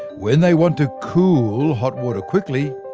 when they want to cool hot water quickly,